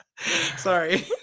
sorry